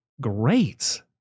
great